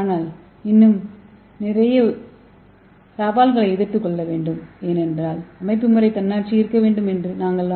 ஆனால் இன்னும் நிறைய சவால்களை எதிர்கொள்ள வேண்டும் ஏனென்றால் அமைப்புமுறை தன்னாட்சி இருக்க வேண்டும் என்று நாங்கள்